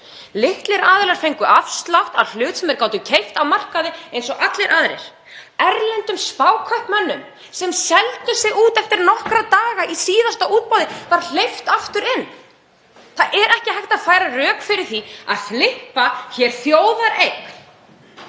Litlir aðilar fengu afslátt af hlut sem þeir gátu keypt á markaði eins og allir aðrir. Erlendum spákaupmönnum sem seldu sig út eftir nokkra daga í síðasta útboði var hleypt aftur inn. Það er ekki hægt að færa rök fyrir því að „flippa“ hér þjóðareign.